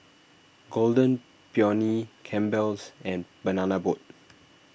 Golden Peony Campbell's and Banana Boat